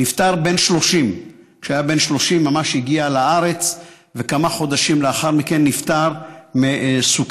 נפטר בן 30. כשהיה בן 30 הגיע לארץ וכמה חודשים לאחר מכן נפטר מסוכרת.